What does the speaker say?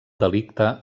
delicte